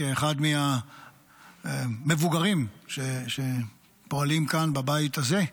כאחד מהמבוגרים שפועלים כאן בבית הזה,